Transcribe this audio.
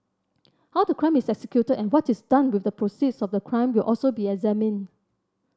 how the crime is executed and what is done with the proceeds of the crime will also be examined